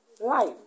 life